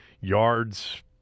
yards